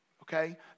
Okay